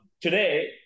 today